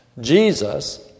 Jesus